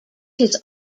his